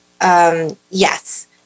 Yes